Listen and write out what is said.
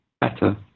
better